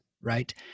Right